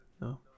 no